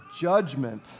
judgment